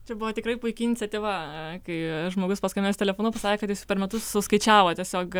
čia buvo tikrai puiki iniciatyva kai žmogus paskambinęs telefonu pasakė kad jis per metus suskaičiavo tiesiog